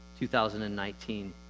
2019